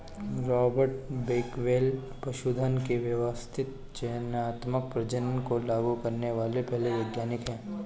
Robert Bakewell पशुधन के व्यवस्थित चयनात्मक प्रजनन को लागू करने वाले पहले वैज्ञानिक है